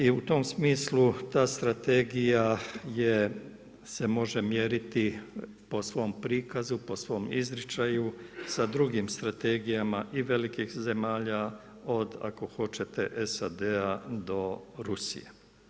I u tom smislu ta strategija se može mjeriti po svom prikazu, po svom izričaju sa drugim strategija i velikih zemalja od ako hoćete SAD-a do Rusije.